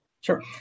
sure